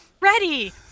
ready